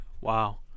Wow